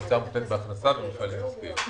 הוצאה מותנית בהכנסה ומפעלים עסקיים.